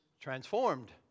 transformed